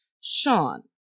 Sean